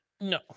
No